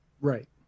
Right